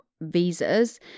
visas